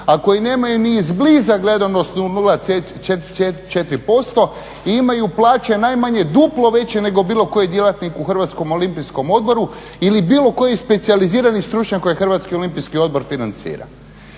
a koji nemaju ni izbliza gledanost 0,4% i imaju plaće najmanje duplo veće nego bilo koji djelatnik u Hrvatskom olimpijskom odboru ili bilo koji specijalizirani stručnjak koji Hrvatski olimpijski odbor financira.